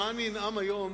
מה אני אנאם היום,